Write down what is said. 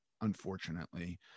unfortunately